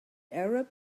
arab